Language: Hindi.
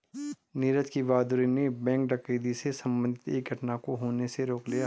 नीरज की बहादूरी ने बैंक डकैती से संबंधित एक घटना को होने से रोक लिया